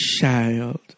child